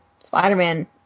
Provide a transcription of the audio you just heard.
Spider-Man